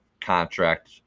contract